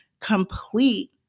Complete